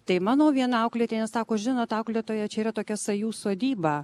tai mano viena auklėtinė sako žinot auklėtoja čia yra tokia sajų sodyba